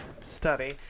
study